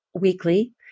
weekly